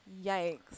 Yikes